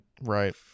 right